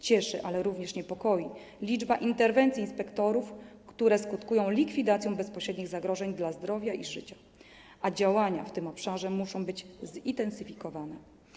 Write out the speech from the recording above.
Cieszy, ale również niepokoi liczba interwencji inspektorów, które skutkują likwidacją bezpośrednich zagrożeń dla zdrowia i życia, a działania w tym obszarze muszą być zintensyfikowane.